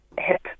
hip